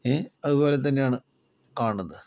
അതുപോലെത്തന്നെയാണ് കാണുന്നത്